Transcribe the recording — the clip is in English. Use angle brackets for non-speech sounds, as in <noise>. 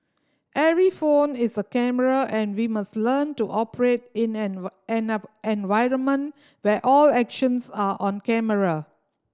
every phone is a camera and we must learn to operate in an <unintelligible> environment where all actions are on camera